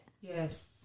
Yes